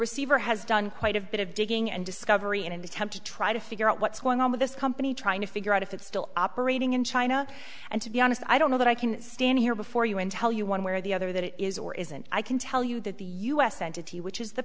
receiver has done quite a bit of digging and discovery and in the attempt to try to figure out what's going on with this company trying to figure out if it's still operating in china and to be honest i don't know that i can stand here before you and tell you one way or the other that it is or isn't i can tell you that the us entity